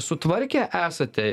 sutvarkę esate